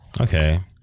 Okay